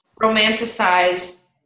romanticize